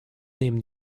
nehmen